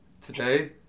today